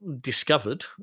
discovered